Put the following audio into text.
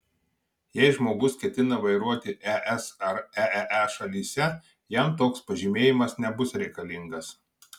jei žmogus ketina vairuoti es ar eee šalyse jam toks pažymėjimas nebus reikalingas